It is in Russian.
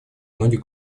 многих